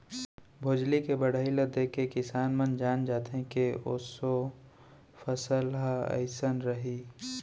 भोजली के बड़हई ल देखके किसान मन जान जाथे के ऑसो फसल ह अइसन रइहि